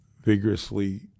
vigorously